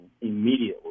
immediately